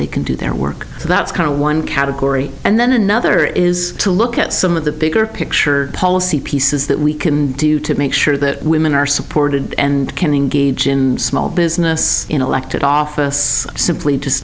they can do their work so that's kind of one category and then another is to look at some of the bigger picture policy pieces that we can do to make sure that women are supported and can engage in small business in elected office simply just